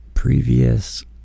Previous